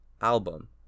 album